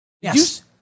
Yes